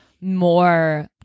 more